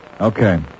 Okay